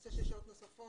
נושא של שעות נוספות,